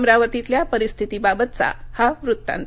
अमरावतीतल्या परिस्थितीबाबतचा हा वृत्तांत